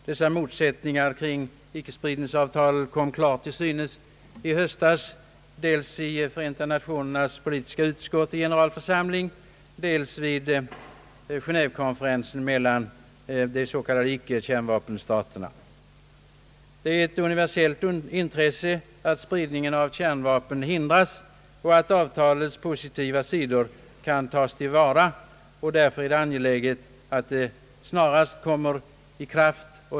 Dessa motsättningar kring icke-spridningsavtalet kom klart till synes i höstas, dels i Förenta nationernas politiska utskott och generalförsamling, dels vid Genéevekonferensen mellan icke-kärnvapenstaterna. Det är ett universellt intresse att spridningen av kärnvapen hindras och att avtalets positiva sidor kan tas till vara. Därför är det angeläget att de snarast kommer i kraft.